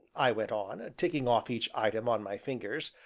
i went on, ticking off each item on my fingers,